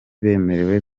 bemerewe